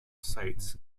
sites